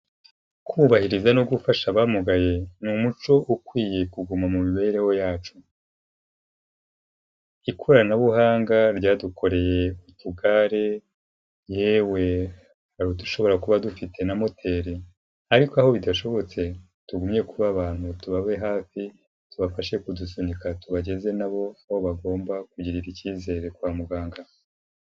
Kubahiriza no gufasha abamugaye ni umuco ukwiye kuguma mu mibereho yacu, ikoranabuhanga ryadukoreye utugare, yewe hari udufite na moteri ariko aho bidashobotse tugumye kuba abantu tubabe hafi, tubafashe kudusunika tubageze na bo aho bagomba kugirira ikizere kwa muganga.